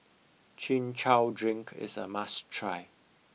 chin chow drink is a must try